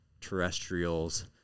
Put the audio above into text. terrestrials